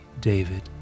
David